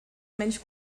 menys